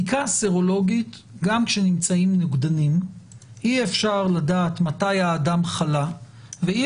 בדיקה סרולוגית גם כשנמצאים נוגדנים אי אפשר לדעת מתי האדם חלה ואי